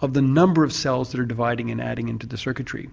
of the number of cells that are dividing and adding into the circuitry.